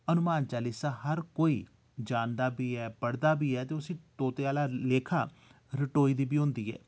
हनुमान चालिसा हर कोई जानदा बी ऐ पढ़दा बी ऐ ते उसी तोते आह्ला लेखा रटोई दी बी होंदी ऐ